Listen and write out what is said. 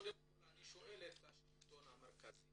קודם כול אני שואל את השלטון המרכזי.